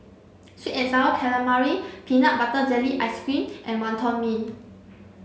sweet and sour calamari peanut butter jelly ice cream and Wonton Mee